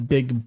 Big